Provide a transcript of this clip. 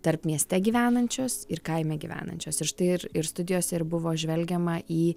tarp mieste gyvenančios ir kaime gyvenančios ir štai ir ir studijose ir buvo žvelgiama į